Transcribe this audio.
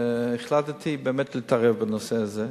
והחלטתי באמת להתערב בנושא הזה.